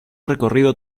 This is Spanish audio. recorrido